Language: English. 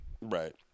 right